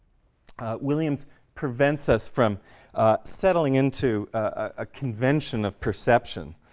ah williams prevents us from settling into a convention of perception,